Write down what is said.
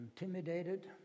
intimidated